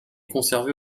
conservée